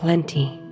Plenty